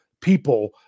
people